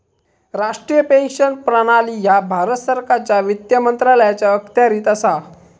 राष्ट्रीय पेन्शन प्रणाली ह्या भारत सरकारच्या वित्त मंत्रालयाच्या अखत्यारीत असा